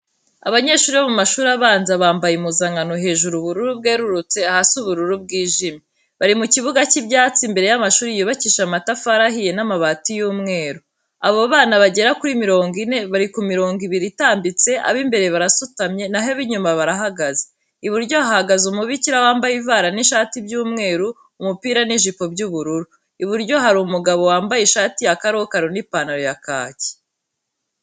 Abanyeshuri bo mu mashuri abanza bambaye impuzankano, hejuru ubururu bwerurutse, hasi ubururu bwijimye. Bari mu kibuga cy'ibyatsi, imbere y'amashuri yubakishije amatafari ahiye n'amabati y'umweru. Abo bana bagera kuri mirongo ine, bari ku mirongo ibiri itambitse, ab'imbere barasutamye naho ab'inyuma barahagaze. Iburyo hahagaze umubikira wambye ivara n'ishati by'umweru, umupira n'ijipo by'ubururu, iburyo hari umugabo wambaye ishati ya karokaro n'ipantaro ya kaki.